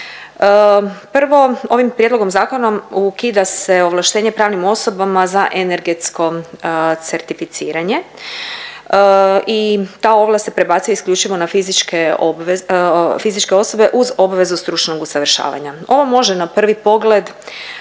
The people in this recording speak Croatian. Prvo, ovim prijedlogom zakona ukida se ovlaštenje pravnim osobama za energetsko certificiranje i ta ovlast se prebacuje isključivo na fizičke obvez… fizičke osobe uz obvezu stručnog usavršavanja. Ovo može na prvi pogled